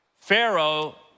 Pharaoh